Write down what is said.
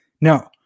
No